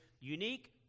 unique